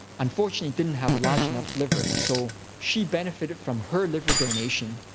unfortunately didn't have a large enough liver. so she benefited from her liver donation.